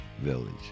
Village